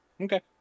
Okay